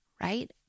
Right